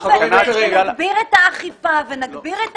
חברים יקרים ---- אנחנו נגביר את האכיפה ונגביר את